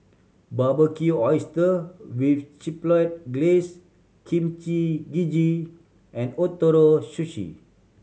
Barbecue Oyster with Chipotle Glaze Kimchi Jjigae and Ootoro Sushi